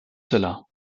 cela